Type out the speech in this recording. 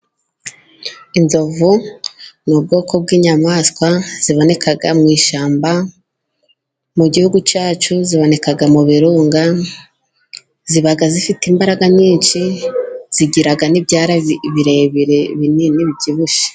Inzovu ni ubwoko bw'inyamaswa, ziboneka mu ishyamba mu gihugu cyacu ziboneka mu birunga, ziba zifite imbaraga nyinshi, zigira ni ibyara birebire binini bibyibushye.